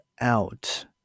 out